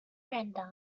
brenda